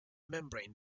membrane